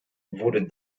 wurde